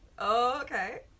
okay